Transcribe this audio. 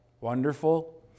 Wonderful